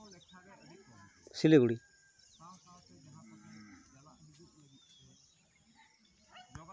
Siliguri